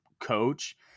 coach